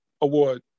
award